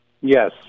Yes